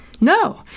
No